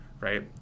Right